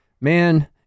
man